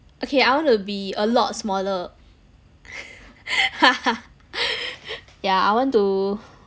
okay I want to be a lot smaller yeah I want to